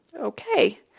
okay